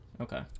Okay